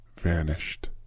vanished